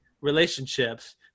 relationships